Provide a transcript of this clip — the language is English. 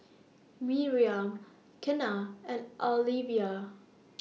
Miriam Kenna and Alyvia